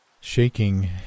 shaking